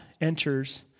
enters